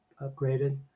upgraded